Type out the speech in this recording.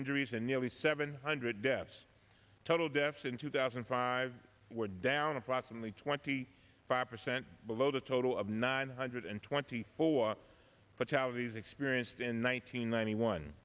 injuries and nearly seven hundred deaths total deaths in two thousand and five were down approximately twenty five percent below the total of nine hundred twenty four fatalities experienced in one nine hundred ninety one